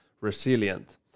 resilient